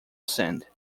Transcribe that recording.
send